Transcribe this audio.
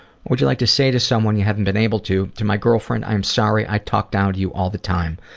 would you like to say to someone you haven't been able to? to my girlfriend, i'm sorry i talked down to you all the time.